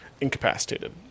incapacitated